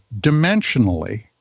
dimensionally